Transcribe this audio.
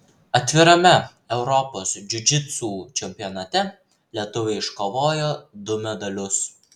atvirame europos džiudžitsu čempionate lietuviai iškovojo du medalius